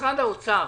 משרד האוצר